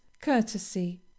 courtesy